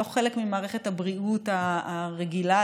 לא חלק ממערכת הבריאות הרגילה,